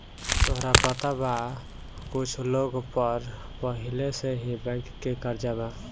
तोहरा पता बा कुछ लोग पर पहिले से ही बैंक के कर्जा बा